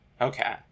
Okay